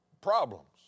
problems